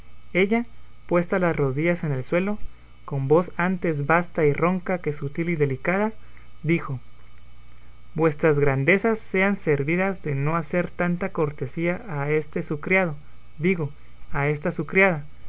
ella puesta las rodillas en el suelo con voz antes basta y ronca que sutil y dilicada dijo vuestras grandezas sean servidas de no hacer tanta cortesía a este su criado digo a esta su criada